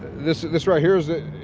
this this right here is a,